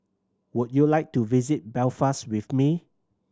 would you like to visit Belfast with me